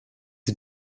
sie